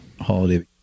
holiday